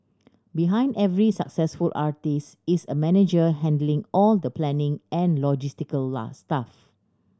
behind every successful artist is a manager handling all the planning and logistical stuff